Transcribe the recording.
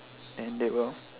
then they will